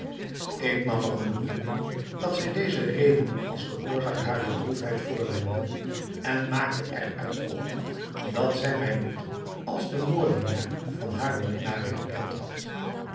ik nam er genoegen in dat zij deze redenen als de oorzaak harer droefheid voorwendde en maakte er uit op dat zij mij niet als de moordenaar van haren minnaar herkend had